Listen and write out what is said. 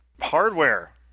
hardware